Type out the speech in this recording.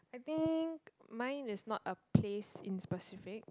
I think mine is not a place in specific